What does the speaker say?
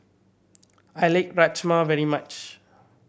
I lake Rajma very much